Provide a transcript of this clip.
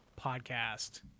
podcast